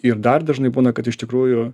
ir dar dažnai būna kad iš tikrųjų